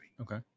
Okay